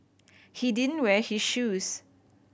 he didn't wear his shoes